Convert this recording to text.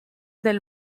del